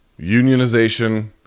unionization